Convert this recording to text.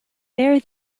there